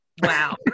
Wow